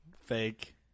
Fake